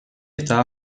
estaba